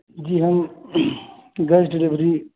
जी हम gas delivery